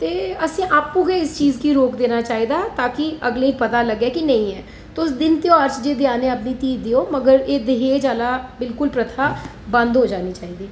ते असें आपूं गे इस चीज गी रोक देना चाहिदा ताकि अगले गी पता लग्गे कि नेईं ऐ तुस दिन तेहार गी देआ ने आ अपनी धी गी देओ मगर एह् दाज आह्ला बिल्कुल प्रथा बंद होई जानी चाहिदी